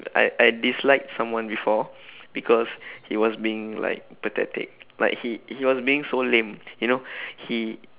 I I dislike someone before because he was being like pathetic like he he was being so lame you know he